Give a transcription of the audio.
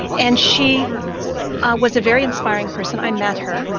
and she was a very inspiring person. i met her.